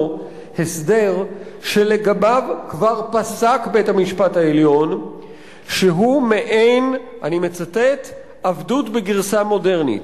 הסדר שלגביו כבר פסק בית-המשפט העליון שהוא מעין "עבדות בגרסה מודרנית".